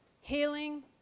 healing